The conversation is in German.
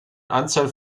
anzahl